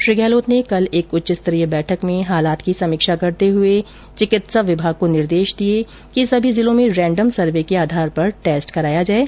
श्री गहलोत ने कल एक उच्चस्तरीय बैठक में हालात की समीक्षा करते हुए चिकित्सा विभाग को निर्देश दिए कि सभी जिलों में रेंडम सर्वे के आधार पर टेस्ट कराया जाये